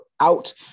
out